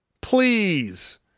Please